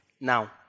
now